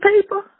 people